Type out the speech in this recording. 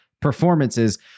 performances